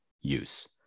use